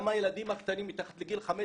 גם הילדים הקטנים מתחת לגיל חמש,